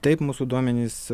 taip mūsų duomenys